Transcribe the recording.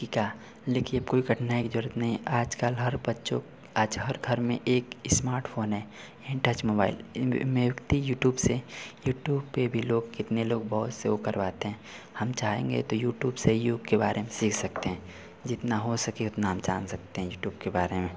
कि क्या लेकिन कोई कठिनाई की ज़रूरत नहीं है आजकल हर बच्चों आज हर घर में एक इस्मार्टफोन है इन टच मोबाइल इन दिनों व्यक्ति यूट्यूब से यूट्यूब पर भी लोग कितने लोग बहुत से वह करवाते हैं हम चाहेंगे तो यूट्यूब से योग के बारे में सीख सकते हैं जितना हो सके उतना हम जान सकते हैं यूट्यूब के बारे में